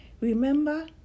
remember